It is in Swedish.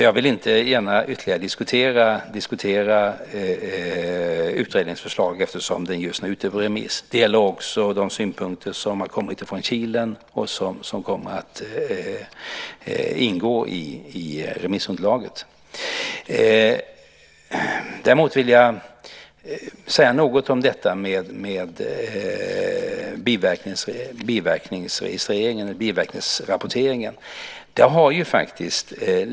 Jag vill alltså inte gärna ytterligare diskutera utredningens förslag, eftersom de just nu är ute på remiss. Det gäller också de synpunkter som har kommit från KILEN och som kommer att ingå i remissunderlaget. Däremot vill jag säga något om biverkningsrapporteringen.